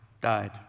died